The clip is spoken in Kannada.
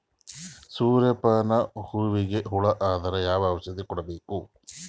ಸೂರ್ಯ ಪಾನ ಹೂವಿಗೆ ಹುಳ ಆದ್ರ ಯಾವ ಔಷದ ಹೊಡಿಬೇಕು?